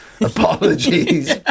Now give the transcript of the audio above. Apologies